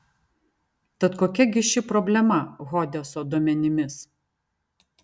tad kokia gi ši problema hodeso duomenimis